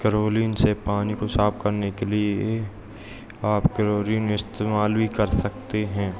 chlorine से पानी को साफ करने के लिए आप कलोरीन इस्तेमाल भी कर सकते हैं